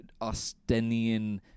Austenian